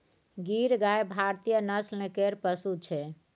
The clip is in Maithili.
गीर गाय भारतीय नस्ल केर पशु छै